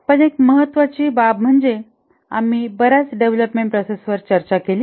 पण एक महत्त्वाची बाब म्हणजे आम्ही बर्याच डेव्हलपमेंट प्रोसेस वर चर्चा केली